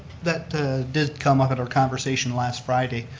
that did come up at our conversation last friday.